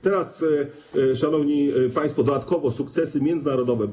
Teraz, szanowni państwo, dodatkowo sukcesy międzynarodowe.